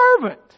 servant